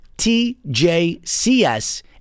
T-J-C-S